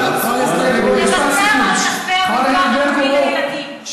לוותר על כספי הביטוח הלאומי לילדים.